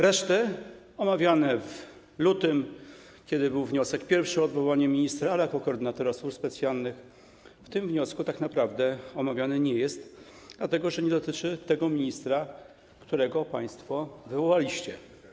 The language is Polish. Reszta - omawiana w lutym, kiedy był pierwszy wniosek o odwołanie ministra, ale jako koordynatora służb specjalnych - w tym wniosku tak naprawdę omawiana nie jest, dlatego że nie dotyczy tego ministra, którego państwo wywołaliście.